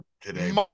today